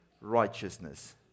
righteousness